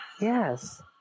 Yes